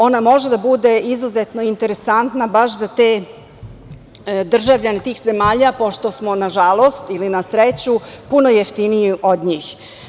Ona može da bude izuzetno interesantna baš za te državljane tih zemalja pošto smo, nažalost ili na sreću, puno jeftiniji od njih.